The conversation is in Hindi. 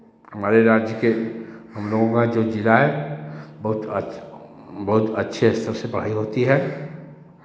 हमारे राज्य के हम लोगों का जो जिला है बहुत अच्छ बहुत अच्छे स्तर से पढ़ाई होती है